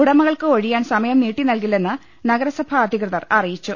ഉടമകൾക്ക് ഒഴിയാൻ സമയം നീട്ടിനൽകില്ലെന്ന് നഗരസഭാ അധികൃതർ അറിയിച്ചു